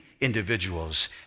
individuals